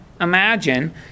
imagine